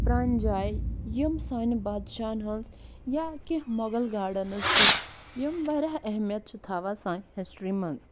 پرٛانہِ جایہِ یم سانہِ بادشاہَن ہٕنٛز یا کیٚنٛہہ مۅغَل گارڈنٕز چھِ یم واریاہ اہمیت چھِ تھاوَن سانہِ ہِسٹری مَنٛز